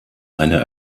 eine